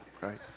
Right